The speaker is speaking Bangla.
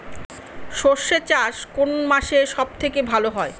সর্ষে চাষ কোন মাসে সব থেকে ভালো হয়?